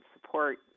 support